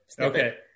Okay